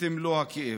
את מלוא הכאב.